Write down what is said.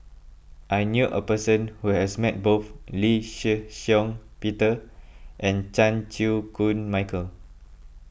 I knew a person who has met both Lee Shih Shiong Peter and Chan Chew Koon Michael